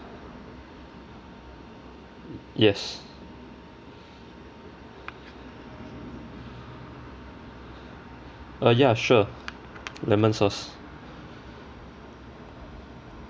yes uh ya sure lemon sauce